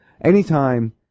anytime